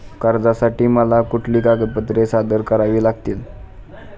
कर्जासाठी मला कुठली कागदपत्रे सादर करावी लागतील?